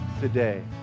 today